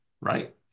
right